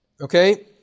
Okay